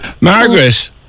Margaret